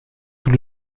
sous